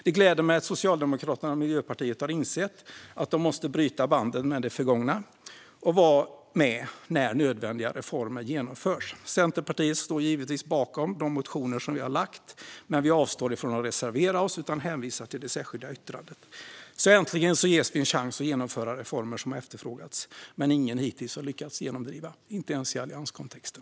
Det gläder mig att Socialdemokraterna och Miljöpartiet har insett att de måste bryta banden med det förgångna och vara med när nödvändiga reformer genomförs. Vi i Centerpartiet står naturligtvis bakom alla våra motioner, men vi avstår från att reservera oss och hänvisar till vårt särskilda yttrande. Äntligen ges vi en chans att genomföra reformer som har efterfrågats men som ingen hittills har lyckats genomdriva, inte ens i allianskontexten!